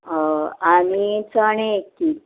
हय आनी चणे एक कील